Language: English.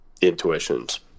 intuitions